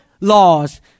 laws